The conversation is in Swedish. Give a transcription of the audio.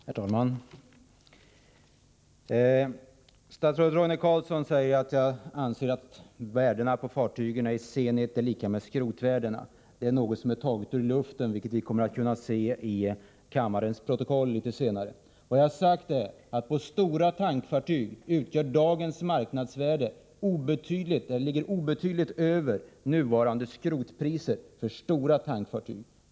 Herr talman! Statsrådet Roine Carlsson säger att jag anser att värdet på fartygen i Zenit är lika med skrotvärdena. Det är taget ur luften, vilket vi kommer att kunna se i kammarens protokoll. Vad jag sagt är att dagens marknadsvärde på stora tankfartyg ligger obetydligt över nuvarande skrotpriset för stora tankfartyg.